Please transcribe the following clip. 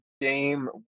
game